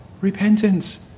Repentance